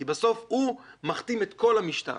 כי בסוף הוא מכתים את כל המשטרה.